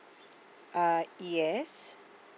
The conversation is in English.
uh yes